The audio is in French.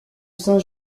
saint